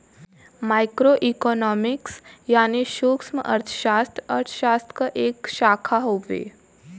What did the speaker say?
micro economics यानी सूक्ष्मअर्थशास्त्र अर्थशास्त्र क एक शाखा हउवे